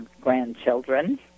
grandchildren